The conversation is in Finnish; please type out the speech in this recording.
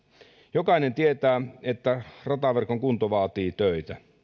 jokainen tietää että rataverkon kunto vaatii töitä